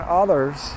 others